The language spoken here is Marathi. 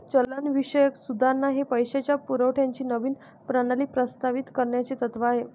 चलनविषयक सुधारणा हे पैशाच्या पुरवठ्याची नवीन प्रणाली प्रस्तावित करण्याचे तत्त्व आहे